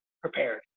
prepared